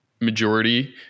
majority